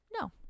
No